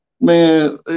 Man